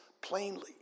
plainly